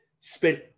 spent